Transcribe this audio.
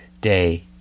day